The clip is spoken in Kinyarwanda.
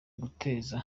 uguteza